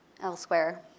elsewhere